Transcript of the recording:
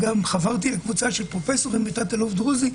וגם חברתי לקבוצה של פרופסורים ותת אלוף דרוזי,